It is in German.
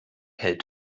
hält